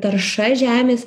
tarša žemės